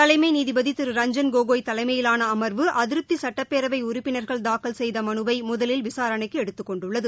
தலைமைநீதிபதிதிரு கோகோய் தலைமையிலானஅமர்வு ரஞ்ஐய் அதிருப்திசுட்டப்பேரவைஉறுப்பினா்கள் தாக்கல் செய்தமனுவைமுதலில் விசாரணைக்குஎடுத்துக் கொண்டுள்ளது